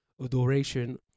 adoration